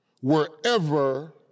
wherever